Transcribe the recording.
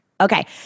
Okay